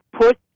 Put